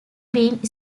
been